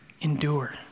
endure